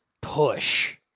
push